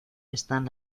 están